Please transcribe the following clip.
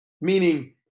Meaning